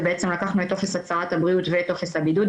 זה בעצם לקחנו את טופס הצהרת הבריאות ואת טופס הבידוד,